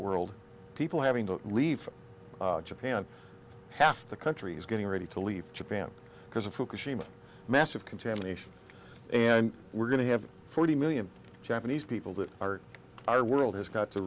world people having to leave japan half the country is getting ready to leave japan because of fukushima massive contamination and we're going to have forty million japanese people that are our world has got to